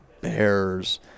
bears